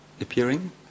appearing